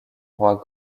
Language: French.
roi